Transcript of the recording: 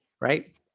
right